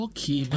Okay